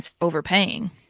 overpaying